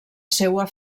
seua